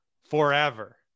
forever